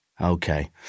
Okay